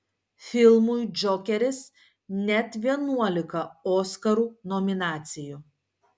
filmui džokeris net vienuolika oskarų nominacijų